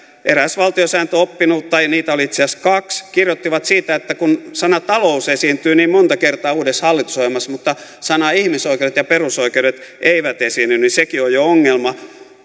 eräs valtiosääntöoppinut tai niitä oli itse asiassa kaksi kirjoitti siitä että kun sana talous esiintyy niin monta kertaa uudessa hallitusohjelmassa mutta sanat ihmisoikeudet ja perusoikeudet eivät esiinny niin sekin on jo ongelma